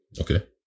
Okay